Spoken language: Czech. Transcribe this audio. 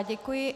Děkuji.